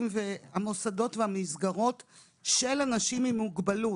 והמוסדות והמסגרות של אנשים עם מוגבלות,